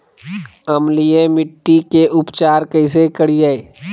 अम्लीय मिट्टी के उपचार कैसे करियाय?